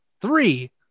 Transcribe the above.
three